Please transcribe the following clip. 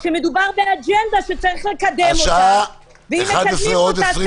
מדובר באג'נדה שצריך לקדם אותה -- השעה 1:00 בעוד 20 שניות.